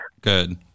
Good